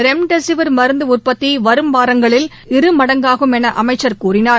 remdesivir மருந்துஉற்பத்திவரும் வாரங்களில் இரு மடங்காகும் எனஅமைச்சர் தெரிவித்தார்